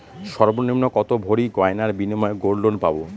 সর্বনিম্ন কত ভরি গয়নার বিনিময়ে গোল্ড লোন পাব?